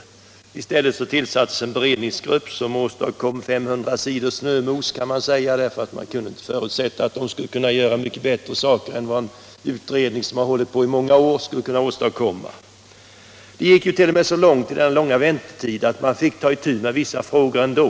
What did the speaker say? I stället tillsattes en beredningsgrupp som åstadkom 500 sidor snömos kan man säga — den kunde ju inte förutsättas åstadkomma något bättre än en utredning som har hållit på i många år. Det gick t.o.m. så långt under denna väntetid att man fick ta itu med vissa frågor ändå.